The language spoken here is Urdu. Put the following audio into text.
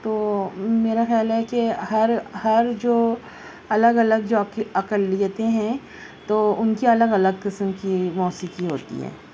تو میرا خیال ہے کہ ہر ہر جو الگ الگ جو اقلیتیں ہیں تو ان کی الگ الگ قسم کی موسیقی ہوتی ہے